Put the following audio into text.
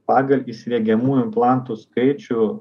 pagal įsriegiamų implantų skaičių